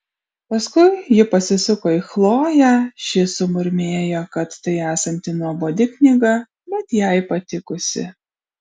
paskui ji pasisuko į chloję ši sumurmėjo kad tai esanti nuobodi knyga bet jai patikusi